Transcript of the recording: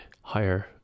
higher